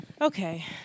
Okay